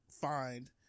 find